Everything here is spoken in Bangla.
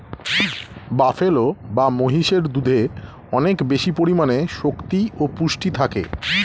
বাফেলো বা মহিষের দুধে অনেক বেশি পরিমাণে শক্তি ও পুষ্টি থাকে